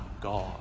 God